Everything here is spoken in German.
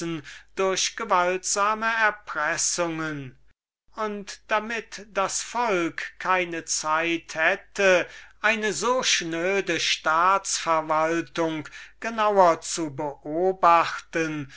durch gewaltsame erpressungen und damit das volk keine zeit hätte eine so schöne staats-verwaltung genauer zu beobachten